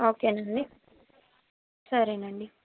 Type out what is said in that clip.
okay అండి సరే అండి